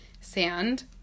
sand